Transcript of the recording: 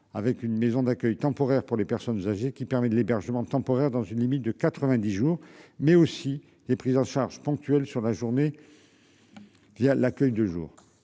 avec une maison d'accueil temporaire pour les personnes âgées qui permet de l'hébergement temporaire dans une limite de 90 jours mais aussi les prises en charge ponctuelle sur la journée. Il y a l'accueil de jour,